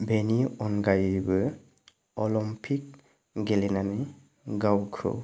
बेनि अनगायैबो अलिम्पिक गेलेनानै गावखौ